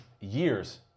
years